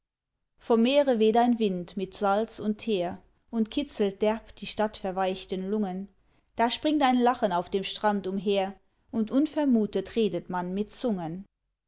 vom meere weht ein wind mit salz und teer und kitzelt derb die stadt verweichten lungen da springt ein lachen auf dem strand umher und unvermutet redet man mit zungen